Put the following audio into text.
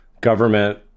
government